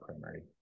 primary